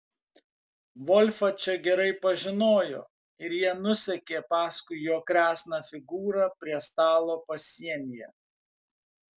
volfą čia gerai pažinojo ir jie nusekė paskui jo kresną figūrą prie stalo pasienyje